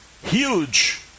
huge